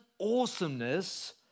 awesomeness